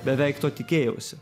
beveik to tikėjausi